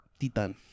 Titan